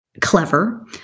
clever